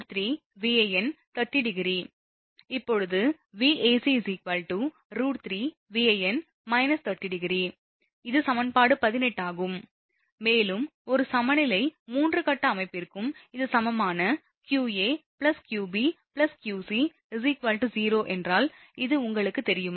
இப்போது Vac √3Van∠ 30° இது சமன்பாடு 18 ஆகும் மேலும் ஒரு சமநிலை 3 கட்ட அமைப்பிற்கும் இது சமமான qa qb qc 0 என்றால் இது உங்களுக்குத் தெரியுமா